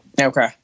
Okay